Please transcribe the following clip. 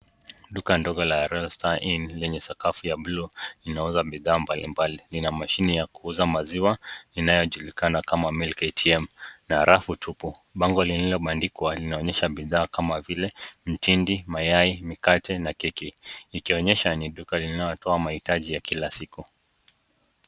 Duka ndongo la royal star inn yenye sakafu ya buluu, inauza bidhaa mbali mbali, ina mashinie ya kuuza maziwa inayo julikana kama milk atm na rafu tupu. bango liloandikwa linaonyesha bidhaa kama vile, mtindi, mayai, mkate na keki, likionesha ni duka linalotoa mahitaji la kila siku.